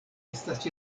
estas